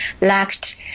lacked